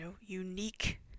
unique